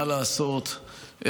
מה לעשות,